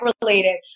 related